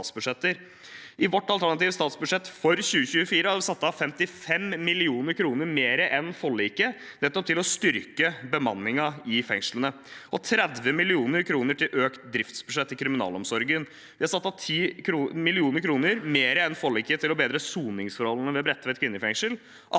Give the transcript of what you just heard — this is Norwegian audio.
I vårt alternative statsbudsjett for 2024 har vi satt av 55 mill. kr mer enn forliket til nettopp å styrke bemanningen i fengslene og 30 mill. kr til økt driftsbudsjett i kriminalomsorgen. Vi har satt av 10 mill. kr mer enn forliket til å bedre soningsforholdene ved Bredtveit kvinnefengsel,